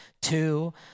two